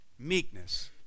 meekness